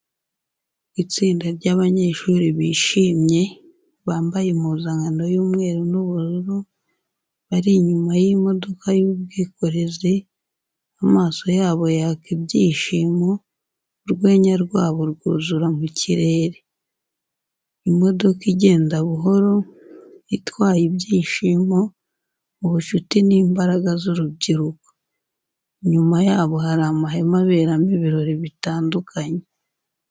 Itsinda ry’abanyeshuri bishimye, bambaye impuzankano y’umweru n’ubururu, bari inyuma y’imodoka y'ubwokorezi. Amaso yabo yaka ibyishimo, urwenya rwabo rwuzura mu kirere. Imodoka igenda buhoro, itwaye ibyishimo, ubucuti n’imbaraga z’urubyiruko. Inyuma yabo hari amahema aberamo ibirori bitandukanye.